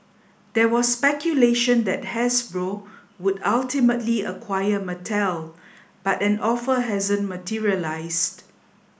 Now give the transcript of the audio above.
there was speculation that Hasbro would ultimately acquire Mattel but an offer hasn't materialised